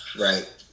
Right